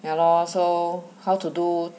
ya lor so how to do